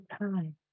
time